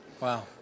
Wow